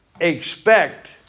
Expect